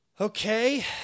Okay